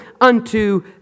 unto